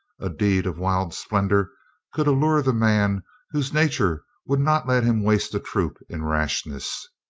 a deed of wild splendor could allure the man whose nature would not let him waste a troop in rashness.